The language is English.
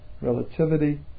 relativity